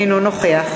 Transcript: אינו נוכח